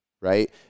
right